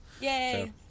Yay